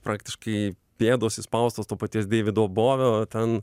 praktiškai pėdos įspaustos to paties deivido bovio ten